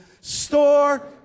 Store